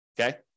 okay